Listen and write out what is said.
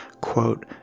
Quote